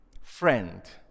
friend